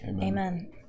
Amen